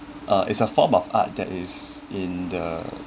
is a form of art that is in the